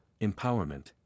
empowerment